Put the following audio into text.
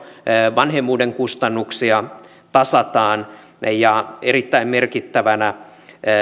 vanhemmuuden kustannuksia tasataan ja erittäin merkittävänä